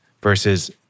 versus